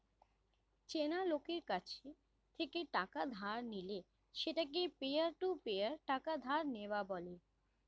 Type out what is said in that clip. চেনা লোকের কাছ থেকে টাকা ধার নিলে সেটাকে পিয়ার টু পিয়ার টাকা ধার নেওয়া বলে